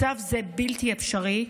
מצב זה בלתי אפשרי,